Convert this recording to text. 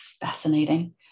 fascinating